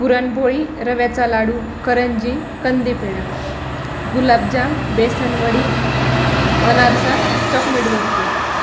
पुरणपोळी रव्याचा लाडू करंजी कंदीपेडा गुलाबजाम बेसनवडी अनारसा चॉकलेट बर्फी